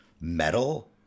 metal